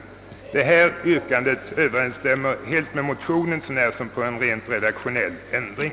Detta yrkande överenstämmer med motionens så när som på en rent formell ändring.